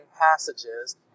passages